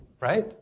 right